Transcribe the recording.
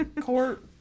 court